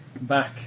back